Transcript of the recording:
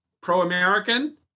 pro-American